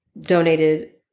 donated